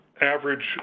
average